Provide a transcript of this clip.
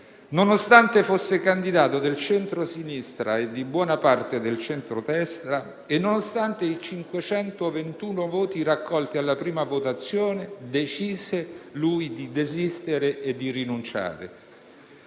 Nonostante fosse candidato del centrosinistra e di buona parte del centrodestra e nonostante i 521 voti raccolti alla prima votazione, decise di desistere e di rinunciare.